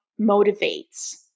motivates